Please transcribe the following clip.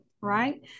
right